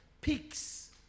peaks